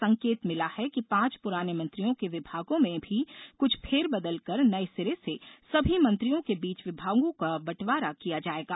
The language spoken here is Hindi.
संकेत मिला है कि पांच पुराने मंत्रियों के विभागों में भी कुछ फेरबदल कर नए सिरे से सभी मंत्रियों के बीच विभागों का बंटवारा किया जाएगा